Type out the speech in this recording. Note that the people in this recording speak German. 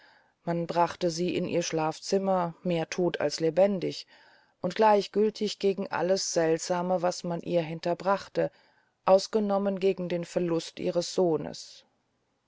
man brachte sie in ihr schlafzimmer mehr todt als lebendig und gleichgültig gegen alles seltsame das man ihr hinterbrachte ausgenommen gegen den verlust ihres sohnes